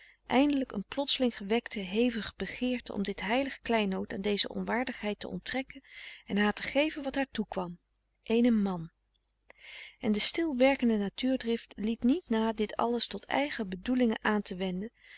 eindelijk een plotseling gewekte hevige begeerte om dit heilig kleinood aan deze onwaardigheid te onttrekken en haar te geven wat haar toekwam eenen man en de stil werkende natuurdrift liet niet na dit alles tot eigen bedoelingen aan te wenden